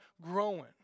growing